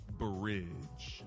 bridge